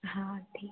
हाँ ठीक है